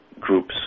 groups